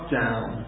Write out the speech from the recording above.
down